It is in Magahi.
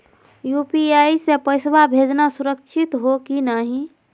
यू.पी.आई स पैसवा भेजना सुरक्षित हो की नाहीं?